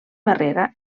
barrera